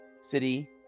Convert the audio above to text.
city